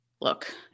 look